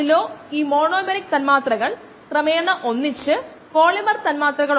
ഇത് അണുവിമുക്തമാക്കിയിട്ടില്ല മാത്രമല്ല അണുവിമുക്തമാക്കുകയും അവിടെയുള്ള എല്ലാ കോശങ്ങളെയും നശിപ്പിക്കുകയും ചെയ്യും